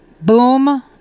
boom